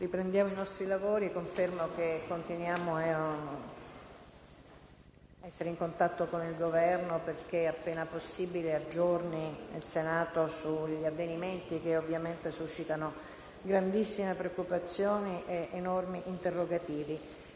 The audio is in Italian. minuto di silenzio).* Confermo che continueremo a restare in contatto con il Governo affinché, appena possibile, aggiorni il Senato sugli avvenimenti, che ovviamente suscitano grandissima preoccupazione ed enormi interrogativi.